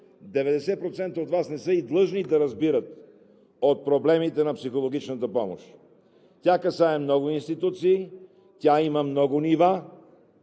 от Вас не са и длъжни да разбират от проблемите на психологичната помощ! Тя касае много институции, тя има много